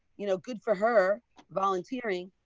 you know good for her volunteering.